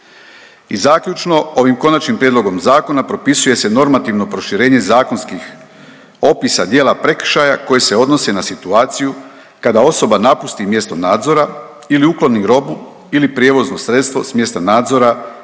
I zaključno, ovim konačnim prijedlogom zakona propisuje se normativno proširenje zakonskih opisa dijela prekršaja koji se odnose na situaciju kada osoba napusti mjesto nadzora ili ukloni robu ili prijevozno sredstvo s mjesta nadzora